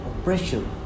oppression